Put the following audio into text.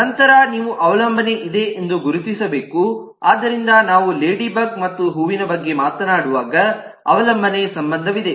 ನಂತರ ನೀವು ಅವಲಂಬನೆ ಇದೆ ಎಂದು ಗುರುತಿಸಬೇಕು ಆದ್ದರಿಂದ ನಾವು ಲೇಡಿಬಗ್ ಮತ್ತು ಹೂವಿನ ಬಗ್ಗೆ ಮಾತನಾಡುವಾಗ ಅವಲಂಬನೆ ಸಂಬಂಧವಿದೆ